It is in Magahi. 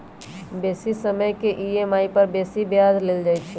बेशी समय के ई.एम.आई पर बेशी ब्याज लेल जाइ छइ